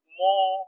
more